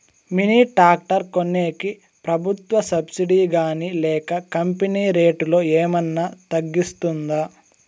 Mini tractor కొనేకి ప్రభుత్వ subsidy గాని లేక కంపెని రేటులో ఏమన్నా తగ్గిస్తుందా?